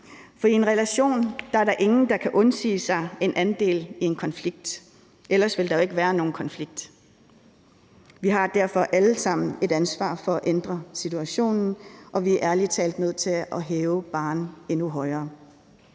For i en relation er der ingen, der kan undsige sig en andel i en konflikt, for ellers ville der jo ikke være nogen konflikt. Vi har derfor alle sammen et ansvar for at ændre situationen, og vi er ærlig talt nødt til at sætte barren endnu højere.